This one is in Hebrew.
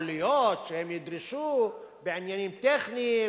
יכול להיות שהם ידרשו בעניינים טכניים,